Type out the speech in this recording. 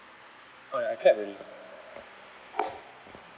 oh ya clap already